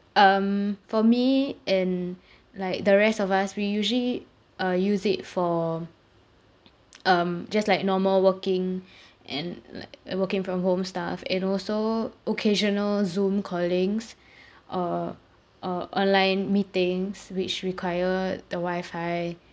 um for me and like the rest of us we usually uh use it for um just like normal working and like like working from home stuff and also occasional zoom callings uh uh online meetings which require the wifi